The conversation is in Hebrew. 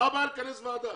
מה הבעיה לכנס ועדה?